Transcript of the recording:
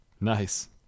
Nice